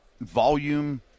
Volume